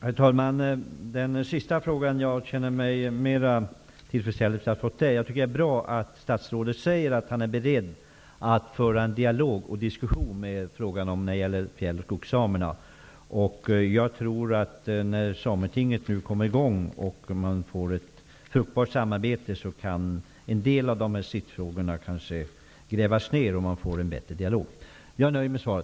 Herr talman! Med det senaste svaret känner jag mig mera tillfredsställd. Jag tycker att det är bra att statsrådet säger att han är beredd att föra en dialog och diskussion med skogssamerna. När sametinget kommer i gång och vi får ett fruktbart samarbete, tror jag att en del av dessa frågor kan grävas ner så att man får en bättre dialog. Jag är nöjd med svaret.